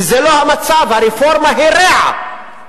הרפורמה הֵרעה.